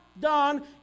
done